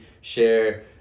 share